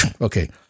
Okay